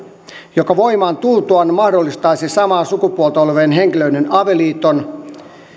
joka voimaan tultuaan mahdollistaisi samaa sukupuolta olevien henkilöiden avioliiton